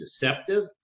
deceptive